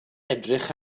edrych